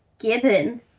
gibbon